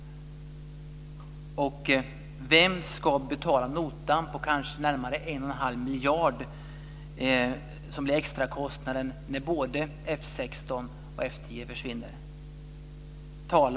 Vem ska betala notan på närmare 1 1⁄2 miljard? Det blir ju den extra kostnaden om både F 16 och F 10 försvinner.